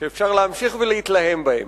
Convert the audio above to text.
שאפשר להמשיך ולהתלהם בהם.